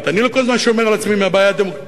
לי אין בעיה דמוגרפית.